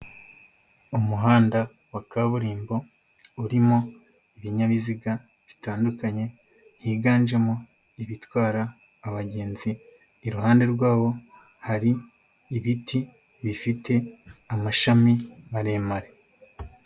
Umuhanda wa kaburimbo, urimo ibinyabiziga bitandukanye, higanjemo ibitwara abagenzi, iruhande rwaho hari ibiti bifite amashami maremare.